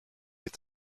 est